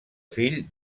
fill